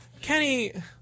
Kenny